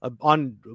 on